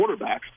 quarterbacks